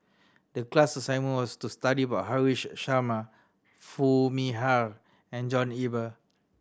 the class assignment was to study about Haresh Sharma Foo Mee Har and John Eber